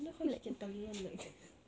I wonder how he can tahan like